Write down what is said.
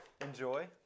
Enjoy